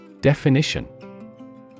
Definition